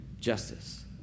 justice